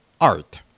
Art